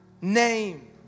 name